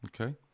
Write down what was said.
Okay